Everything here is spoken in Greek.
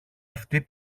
αυτή